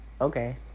okay